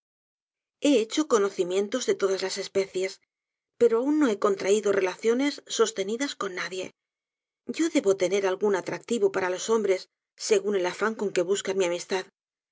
lie hecho conocimientos de todas especies pero aun no he contraído relaciones sostenidas con nadie yo deoo tener algún atractivo para los hombres según el afán con que buscan mi amistad